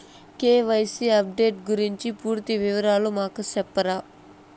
KYC updation గురించి పూర్తి వివరాలు మాకు సెప్తారా?